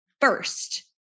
First